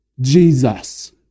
Jesus